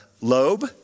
lobe